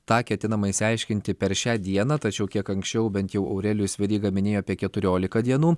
tą ketinama išsiaiškinti per šią dieną tačiau kiek anksčiau bent jau aurelijus veryga minėjo apie keturiolika dienų